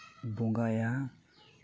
ᱵᱚᱸᱜᱟᱭᱟ